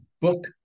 book